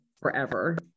forever